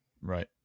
Right